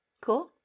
cool